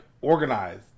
organized